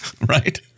right